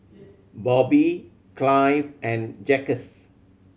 Bobby Clive and Jacquez